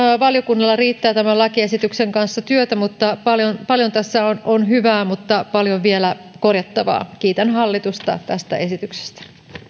valiokunnalla riittää tämän lakiesityksen kanssa työtä paljon paljon tässä on hyvää mutta paljon vielä korjattavaa kiitän hallitusta tästä esityksestä